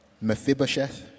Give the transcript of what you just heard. Mephibosheth